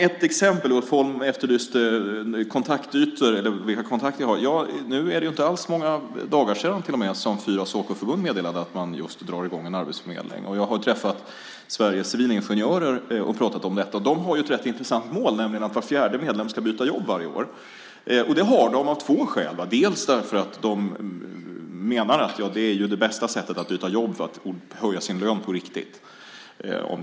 Ulf Holm efterlyste kontaktytor - vilka kontakter jag har. Det är inte alls många dagar sedan som fyra Sacoförbund meddelade att man just drar i gång en arbetsförmedling. Jag har träffat Sveriges Ingenjörer och pratat om detta. De har ett rätt intressant mål, nämligen att var fjärde medlem ska byta jobb varje år. Det målet har de av två skäl. För det första menar de att det är det bästa sättet att byta jobb och höja sin lön på riktigt.